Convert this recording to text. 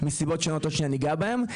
מסיבות שונות ועוד שנייה ניגע בהן,